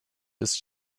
ist